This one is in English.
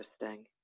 interesting